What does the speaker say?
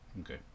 Okay